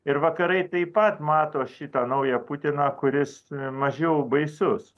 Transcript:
ir vakarai taip pat mato šitą naują putiną kuris mažiau baisus